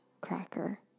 cracker